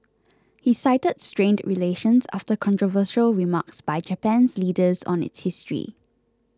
he cited strained relations after controversial remarks by Japan's leaders on its history